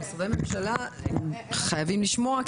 משרדי הממשלה חייבים לשמוע.